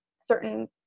certain